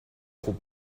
خوب